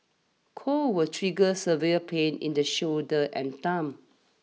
cold will trigger severe pain in the shoulder and thumb